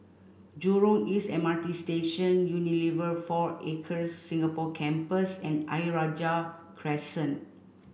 Jurong East M R T Station Unilever Four Acres Singapore Campus and Ayer Rajah Crescent